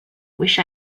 wish